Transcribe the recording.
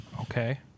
Okay